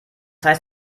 heißt